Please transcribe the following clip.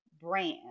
brand